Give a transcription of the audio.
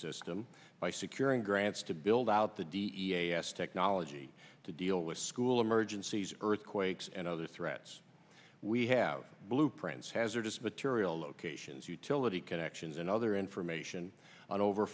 system by securing grants to build out the d e a s technology to deal with school emergencies earthquakes and other threats we have blueprints hazardous material locations utility connections and other information on over